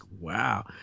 wow